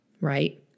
right